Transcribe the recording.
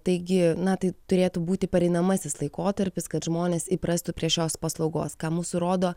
taigi na tai turėtų būti pereinamasis laikotarpis kad žmonės įprastų prie šios paslaugos ką mūsų rodo